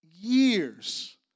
years